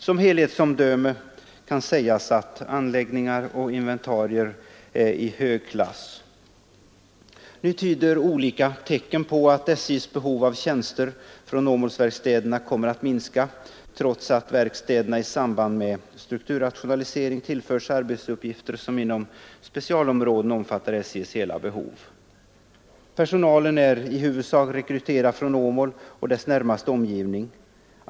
Som helhetsomdöme kan sägas att anläggningar och inventarier är av hög klass. Nu tyder olika tecken på att SJ:s behov av tjänster från Åmålsverkstäderna kommer att minska trots att verkstäderna i samband med 167 strukturrationalisering tillförs arbetsuppgifter som inom specialområden omfattar SJ:s hela behov. Personalen är i huvudsak rekryterad från Åmål och dess närmaste omgivning.